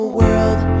world